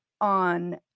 on